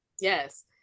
yes